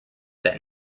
that